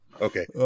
Okay